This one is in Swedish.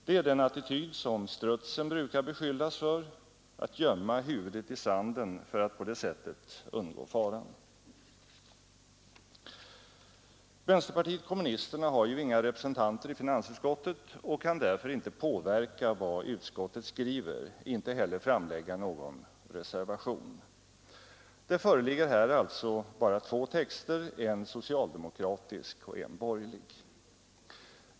Det är den attityd som strutsen brukar beskyllas för: att gömma huvudet i sanden för att på det sättet undgå faran. Vänsterpartiet kommunisterna har ju inga representanter i finansutskottet och kan därför inte påverka vad utskottet skriver, inte heller framlägga någon reservation. Det föreligger här alltså bara två texter, en socialdemokratisk och en borgerlig.